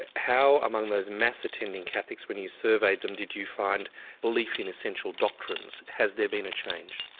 ah how, among those mass-attending catholics when you surveyed them, did you find belief in essential doctrines? has there been a change?